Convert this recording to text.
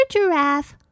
Giraffe